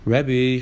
Rebbe